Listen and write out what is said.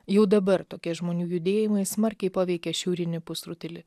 jau dabar tokie žmonių judėjimai smarkiai paveikė šiaurinį pusrutulį